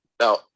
Now